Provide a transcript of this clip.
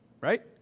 right